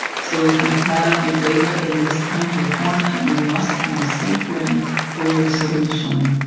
so if you have your data in this kind of a format, you must use sequin for your submission.